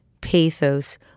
pathos